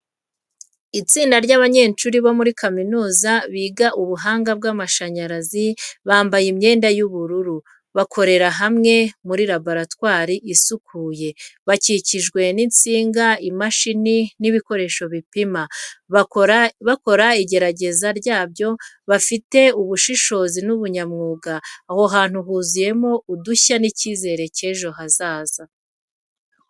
Itsinda ry’abanyeshuri bo muri kaminuza biga ubuhanga bw’amashanyarazi bambaye imyenda y’ubururu, bakorera hamwe mu laboratwari isukuye. Bakikijwe n’insinga, imashini n’ibikoresho bipima, bakora igerageza ryabyo bafite ubushishozi n’ubunyamwuga. Aho hantu huzuyemo udushya n’icyizere cy’ejo hazaza cyiza.